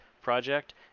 project